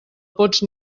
pots